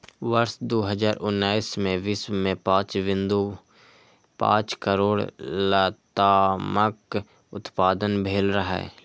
वर्ष दू हजार उन्नैस मे विश्व मे पांच बिंदु पांच करोड़ लतामक उत्पादन भेल रहै